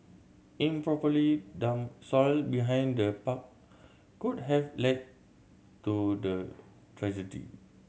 improperly dumped soil behind the park could have led to the tragedy